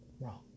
Wrong